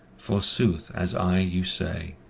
for sooth as i you say,